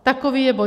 Takový je boj.